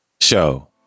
show